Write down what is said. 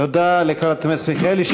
תודה לחברת הכנסת מיכאלי.